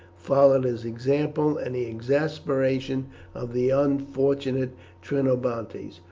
followed his example, and the exasperation of the unfortunate trinobantes,